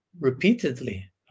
repeatedly